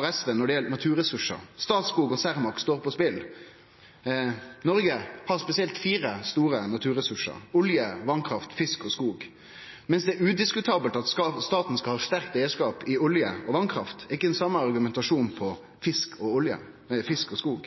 har SV når det gjeld naturressursar: Statsskog og Cermaq står på spel. Noreg har særleg fire store naturressursar: olje, vasskraft, fisk og skog. Mens det er udiskutabelt at staten skal ha ein sterk eigarskap i olje og vasskraft, er det ikkje den same argumentasjonen for fisk og skog.